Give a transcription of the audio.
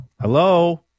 Hello